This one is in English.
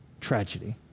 tragedy